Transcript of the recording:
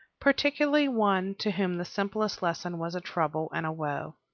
particularly one to whom the simplest lesson was a trouble and a woe.